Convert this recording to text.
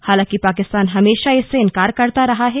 हालांकि पाकिस्तान हमेशा इससे इन्कार करता रहा है